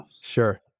Sure